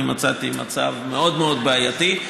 אני מצאתי מצב מאוד מאוד בעייתי.